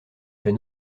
fait